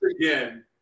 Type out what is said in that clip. again